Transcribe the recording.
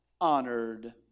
honored